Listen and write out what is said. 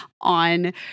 on